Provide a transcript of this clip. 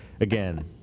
Again